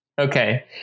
Okay